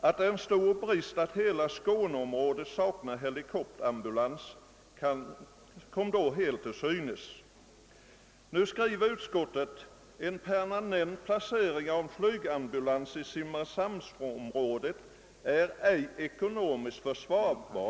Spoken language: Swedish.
Att det är en stor brist att hela skåneområdet saknar helikopterambulans kom då klart till synes. Utskottet skriver rörande den förordade placeringen av en flygambulans i simrishamnsområdet: »En sådan permanent placering skulle enligt utskottets mening inte vara ekonomiskt försvarbar.